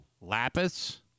Lapis